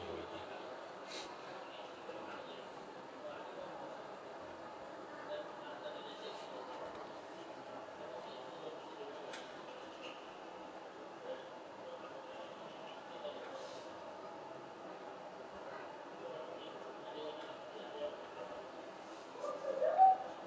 already